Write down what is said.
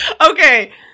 Okay